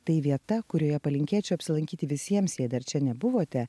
tai vieta kurioje palinkėčiau apsilankyti visiems jei dar čia nebuvote